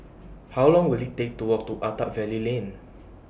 How Long Will IT Take to Walk to Attap Valley Lane